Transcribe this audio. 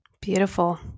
Beautiful